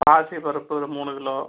பாசிப்பருப்பு இது மூணு கிலோ